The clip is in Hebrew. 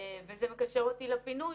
וזה מקשר אותי לפינוי.